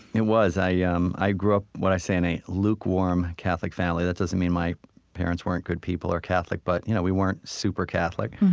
it was. i yeah um i grew up, what i say, in a lukewarm catholic family. that doesn't mean my parents weren't good people or catholic, but you know we weren't super catholic.